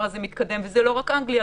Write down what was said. הזה מתקדם והוא כבר לא רק באנגליה,